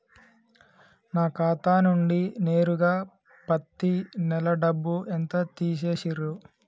నా ఖాతా నుండి నేరుగా పత్తి నెల డబ్బు ఎంత తీసేశిర్రు?